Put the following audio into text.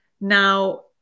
now